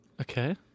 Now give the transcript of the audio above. Okay